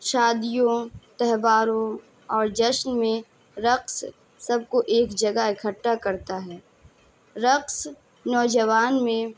شادیوں تہواروں اور جشن میں رقص سب کو ایک جگہ اکھٹا کرتا ہے رقص نوجوان میں